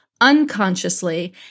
unconsciously